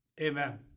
Amen